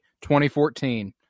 2014